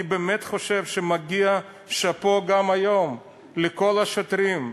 אני באמת חושב שמגיע "שאפו" גם היום לכל השוטרים,